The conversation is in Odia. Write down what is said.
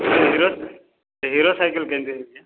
ହିରୋ ହିରୋ ସାଇକେଲ କେନ୍ତି ହେଇଛି